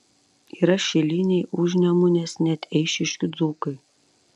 yra šiliniai užnemunės net eišiškių dzūkai